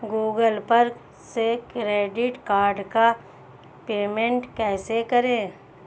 Google पर से credit card का पेमेंट कैसे करें?